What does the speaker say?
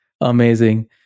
Amazing